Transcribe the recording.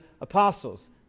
apostles